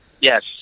Yes